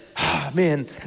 man